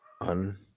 un